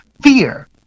Fear